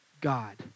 God